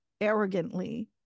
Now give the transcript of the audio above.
arrogantly